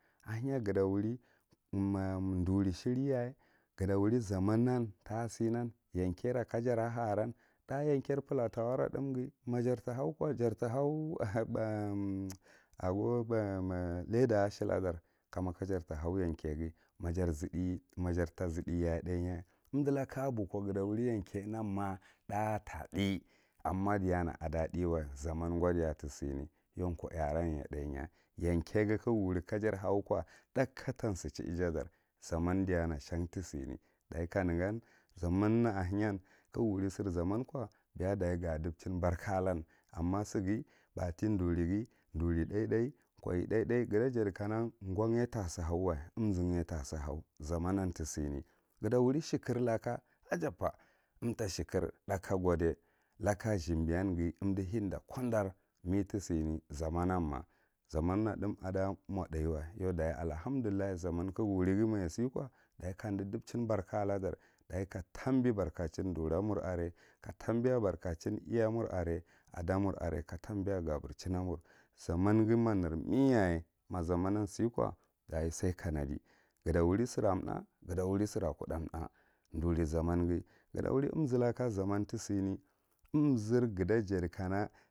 Ahenya gada wuri ma duri siriyau ga ta wuri zaman nan tasinan yanke nan yankera kajara ha aran thá yanke faluta wanrai thùmghi ma jara tahauki jarita haw leader ako cheladar ako ham yanke ghi, ma jari ta zidiyaye tháyeh, umdi laku abuko gata wuri yankenan ma tháh zaman ghawa diya tisane yau koaaran ye tháhya yankeghi ka ga wuri kajarhau ko thùh ka ta sichi ijadar zaman diyana shan tisini dachi ka negan zaman na ahenya kagu wuri sir zaman ko beya dachi ga dubchin barka alar umma sighi bufti durighi duri tháy, tháhy, kowiye tháy tháy ga ta jadi kana gonye ta sihauwa umzinye ta sihau zaman na tisane, ga ta wuri shekurlaka umtu shekur tháhka godai lako zimbiyanghi umdi hinda kondar me tisina zamanonma zaman na tháu ada mo tháhwa yau dachi allahamdullah zaman kaga wurighi ma ja siko dachi kamdi dubchin barka ladar dachi katambi barkochin dura mur are ka tambiya bakow iya mur are a da mur are ka a da mur are ka tambi ga brachin n amur, zamanghi ma nermryaye ma zaman nan siko sakanadi gata wuri sira tháh, gata wuri sira kudda tháh duri zamanghi gata wuri umzika ko zaman tisane, umzir gata jadi rana